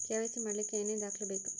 KYC ಮಾಡಲಿಕ್ಕೆ ಏನೇನು ದಾಖಲೆಬೇಕು?